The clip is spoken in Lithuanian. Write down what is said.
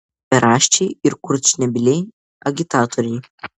beraščiai ir kurčnebyliai agitatoriai